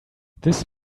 this